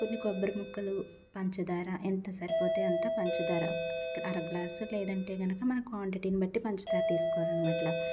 కొన్ని కొబ్బరి ముక్కలు పంచదార ఎంత సరిపోతే అంత పంచదార అర గ్లాసు లేదా అంటే కనుక మన క్వాలిటీని బట్టి పంచదారని తీసుకోవాలనమాట